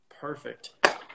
Perfect